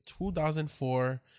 2004